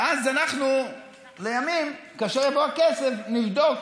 ואז לימים, כשיבוא הכסף, אנחנו נבדוק.